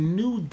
new